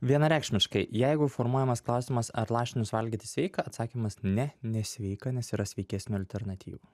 vienareikšmiškai jeigu formuojamas klausimas ar lašinius valgyti sveika atsakymas ne nesveika nes yra sveikesnių alternatyvų